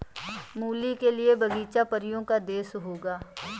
मूली के लिए बगीचा परियों का देश होगा